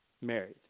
married